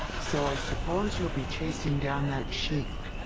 so, i suppose you'll be chasing down that sheik?